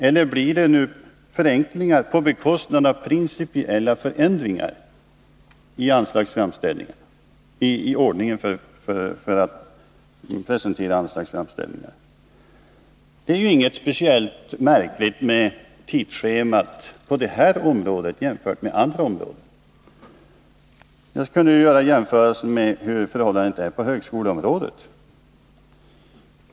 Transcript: Eller blir det förenklingar på bekostnad av principiella förändringar i ordningen för att presentera anslagsframställningar? Det är inget märkligare med tidsschemat för budgetarbetet på det här området än med tidsschemat på andra områden. Man kan jämföra med förhållandena på högskoleområdet.